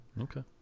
Okay